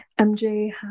MJ